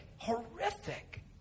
horrific